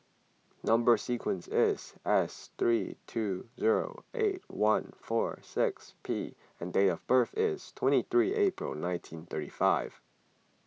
Number Sequence is S three two zero eight one four six P and date of birth is twenty three April nineteen thirty five